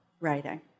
writing